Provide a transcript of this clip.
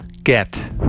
get